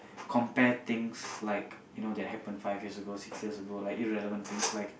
compare things like you know that happen five years ago six years ago like irrelevant things like